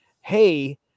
hey